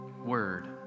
word